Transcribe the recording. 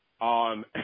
on